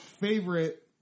favorite